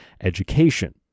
education